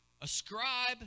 ascribe